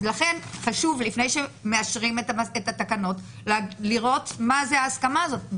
לכן חשוב לפני שמאשרים את התקנות לראות מה זה ההסכמה הזאת.